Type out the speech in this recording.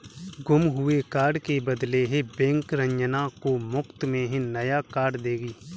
गुम हुए कार्ड के बदले बैंक रंजना को मुफ्त में नया कार्ड देगी